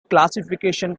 classification